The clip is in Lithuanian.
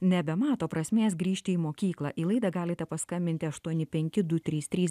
nebemato prasmės grįžti į mokyklą į laidą galite paskambinti aštuoni penki du trys trys